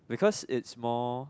because it's more